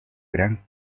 gran